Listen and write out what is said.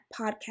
podcast